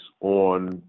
on